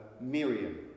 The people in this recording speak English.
Miriam